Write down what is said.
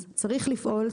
אז צריך לפעול,